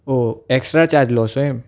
ઓ extra charge લો છો એમ